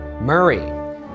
Murray